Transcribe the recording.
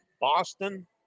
Boston